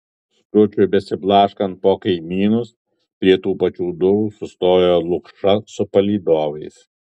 skučui besiblaškant po kaimynus prie tų pačių durų sustojo lukša su palydovais